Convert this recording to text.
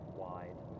wide